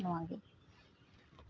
ᱱᱚᱣᱟᱜᱮ